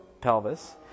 pelvis